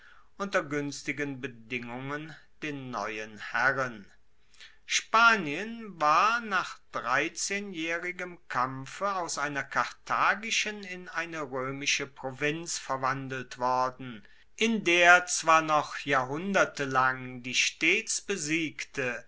unter guenstigen bedingungen den neuen herren spanien war nach dreizehnjaehrigem kampfe aus einer karthagischen in eine roemische provinz verwandelt worden in der zwar noch jahrhundertelang die stets besiegte